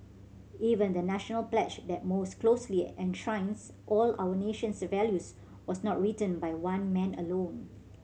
even the National pledge that most closely enshrines all our nation's values was not written by one man alone